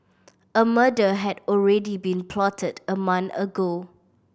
a murder had already been plotted a month ago